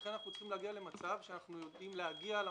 לכן אנחנו צריכים להגיע למצב שאנחנו יודעים להגיע למקום.